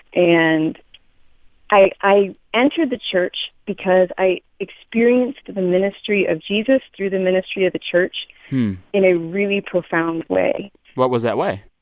and i i entered the church because i experienced the ministry of jesus through the ministry of the church in a really profound way what was that way?